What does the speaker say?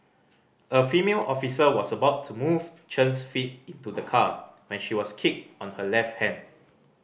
a female officer was about to move Chen's feet into the car when she was kicked on her left hand